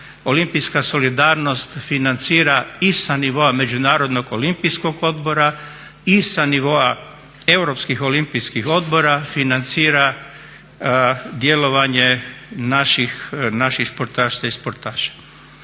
Olimpijska solidarnost financira i sa nivoa Međunarodnog olimpijskog odbora i sa nivoa europskih olimpijskih odbora, financira djelovanje naših sportaša i sportašica.